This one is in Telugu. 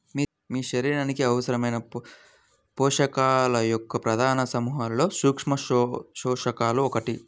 మీ శరీరానికి అవసరమైన పోషకాల యొక్క ప్రధాన సమూహాలలో సూక్ష్మపోషకాలు ఒకటి